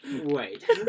Wait